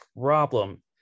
problem